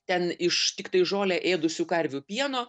ten iš tiktai žolę ėdusių karvių pieno